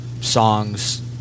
songs